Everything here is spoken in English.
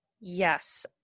Yes